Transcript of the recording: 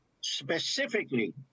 specifically